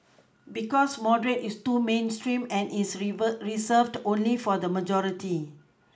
because moderate is too mainstream and is revered Reserved only for the majority